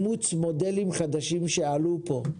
אבל גם על אימוץ מודלים חדשים שעלו פה.